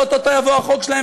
ואו-טו-טו יבוא החוק שלהם,